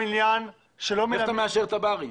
איך אתה מאשר תב"רים?